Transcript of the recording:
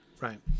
right